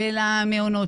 של המעונות,